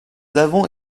avons